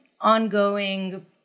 ongoing